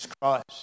Christ